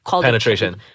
Penetration